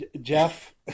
Jeff